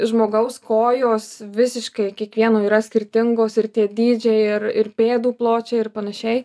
žmogaus kojos visiškai kiekvieno yra skirtingos ir tie dydžiai ir ir pėdų pločiai ir panašiai